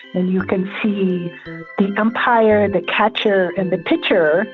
and you can see the umpire, and the catcher and the pitcher